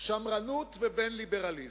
שמרנות לבין ליברליזם.